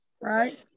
right